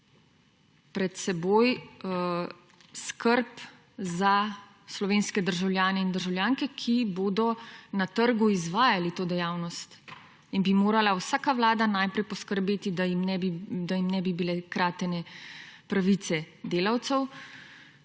pred seboj skrb za slovenske državljane in državljanke, ki bodo na trgu izvajali to dejavnost in bi morala vsaka Vlada najprej poskrbeti, da jim ne bi bile kratene pravice delavcev,